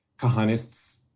Kahanists